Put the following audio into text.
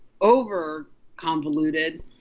over-convoluted